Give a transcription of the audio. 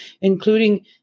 including